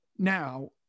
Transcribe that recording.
Now